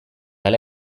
hala